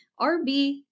rb